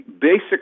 basic